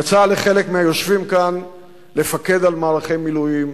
יצא לחלק מהיושבים כאן לפקד על מערכי מילואים,